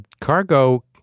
cargo